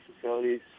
facilities